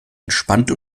entspannt